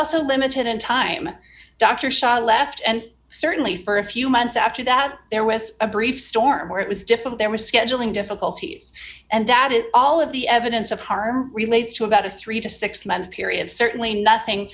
also limited in time dr shah left and certainly for a few months after that there was a brief storm where it was different there were scheduling difficulties and that it all of the evidence of harm relates to about a three to six month period certainly nothing